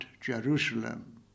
Jerusalem